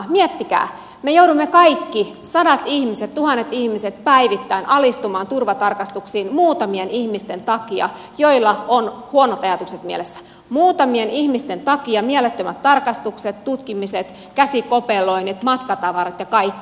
miettikää me joudumme kaikki sadat ihmiset tuhannet ihmiset päivittäin alistumaan turvatarkastuksiin muutamien ihmisten takia joilla on huonot ajatukset mielessä muutamien ihmisten takia mielettömät tarkastukset tutkimiset käsikopeloinnit matkatavarat ja kaikki